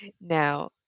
Now